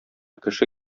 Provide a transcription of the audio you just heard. кеше